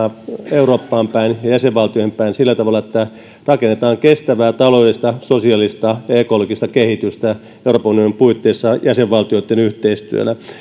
eurooppaan päin ja jäsenvaltioihin päin sillä tavalla että rakennetaan kestävää taloudellista sosiaalista ja ekologista kehitystä euroopan unionin puitteissa jäsenvaltioitten yhteistyöllä